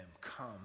Come